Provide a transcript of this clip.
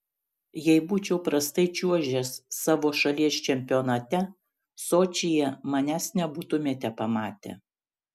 jei būčiau prastai čiuožęs savo šalies čempionate sočyje manęs nebūtumėte pamatę